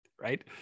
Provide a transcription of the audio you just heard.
right